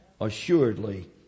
assuredly